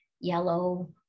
yellow